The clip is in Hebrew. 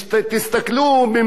ממדיניות הרווחה,